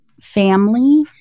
family